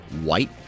white